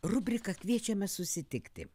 rubrika kviečiame susitikti